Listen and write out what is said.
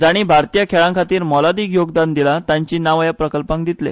जांणी भारतीय खेळां खातीर मोलादीक योगदान दिलां तांचीं नांवां ह्या प्रकल्पांक दितले